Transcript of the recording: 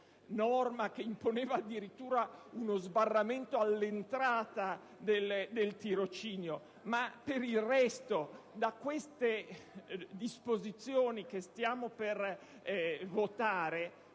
che imponeva addirittura uno sbarramento per l'accesso al tirocinio; ma per il resto, da queste disposizioni che stiamo per votare